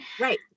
right